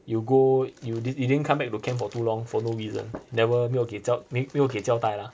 you go you did you didn't come back to camp for too long for no reason never 没有给交没有给交代 lah